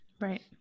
Right